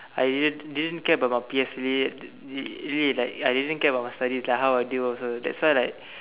I didn't didn't care about my P_S_L_E did really like I didn't care about my studies like how I do also that's why I like